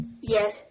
Yes